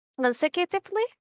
consecutively